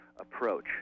approach